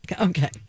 Okay